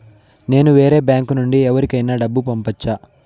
నేను వేరే బ్యాంకు నుండి ఎవరికైనా డబ్బు పంపొచ్చా?